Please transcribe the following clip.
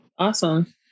Awesome